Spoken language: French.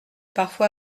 parfois